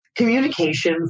Communication